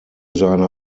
seine